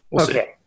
okay